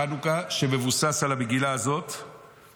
לא, אבל בגלל חנוכה אנחנו אומרים.